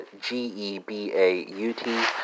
G-E-B-A-U-T